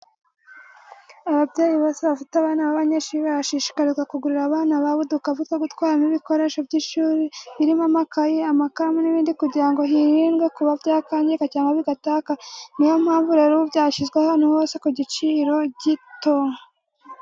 Ababyeyi bose bafite abana b'abanyeshuri barashishikarizwa kugurira abana babo udukapu two gutwaramo ibikoresho by'ishuri birimo amakayi, amakaramu n'ibindi kugira ngo hirindwe kuba byakangirika cyangwa bigatakara, niyo mpamvu rero ubu byashyizwe ahantu hose kandi ku giciro gito.